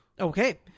Okay